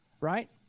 Right